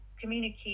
communicate